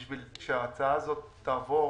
כדי שההצעה הזאת תעבור